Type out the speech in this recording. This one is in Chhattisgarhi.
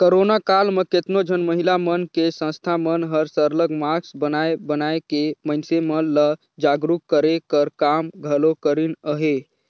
करोना काल म केतनो झन महिला मन के संस्था मन हर सरलग मास्क बनाए बनाए के मइनसे मन ल जागरूक करे कर काम घलो करिन अहें